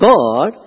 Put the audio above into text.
God